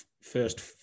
first